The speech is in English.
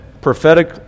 prophetic